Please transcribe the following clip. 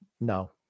No